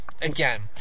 again